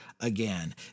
again